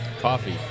Coffee